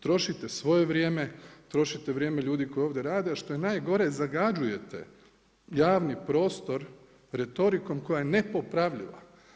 Trošite svoje vrijeme, trošite vrijeme ljudi koji ovdje rade, a što je najgore, zagađujete javni prostor retorikom koja je nepopravljiva.